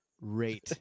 rate